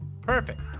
Perfect